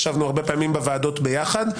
ישבנו הרבה פעמים בוועדות ביחד,